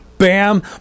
Bam